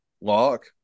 lock